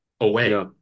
away